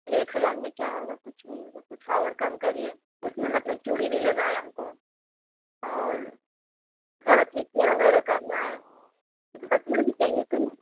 एक हज़ार में क्या होगा कुछ नहीं होगा कुछ और कम करिए उसमें मतलब चूड़ी भी लेना है हमको और सारा फेसियल वगैरह करना है कुछ बचना भी चाहिए तो